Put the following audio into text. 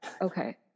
okay